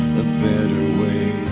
better way